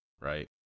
right